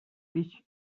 beach